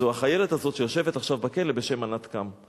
זו החיילת הזאת שיושבת עכשיו בכלא בשם ענת קם.